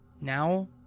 Now